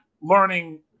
learning